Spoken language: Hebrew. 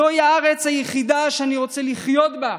/ זוהי הארץ היחידה שאני רוצה לחיות בה,